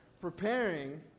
preparing